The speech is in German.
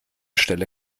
stelle